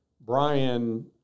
Brian